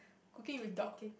cooking with dog